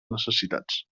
necessitats